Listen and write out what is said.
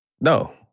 No